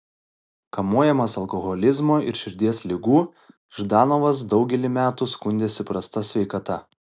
kamuojamas alkoholizmo ir širdies ligų ždanovas daugelį metų skundėsi prasta sveikata